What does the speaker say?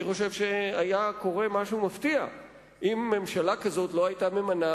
אני חושב שהיה קורה משהו מפתיע אם ממשלה כזאת לא היתה ממנה